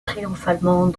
triomphalement